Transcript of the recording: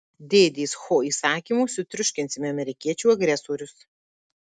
dėdės ho įsakymu sutriuškinsime amerikiečių agresorius